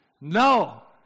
No